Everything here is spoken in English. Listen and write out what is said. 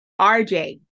RJ